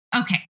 Okay